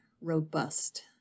robust